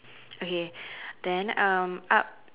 okay then um up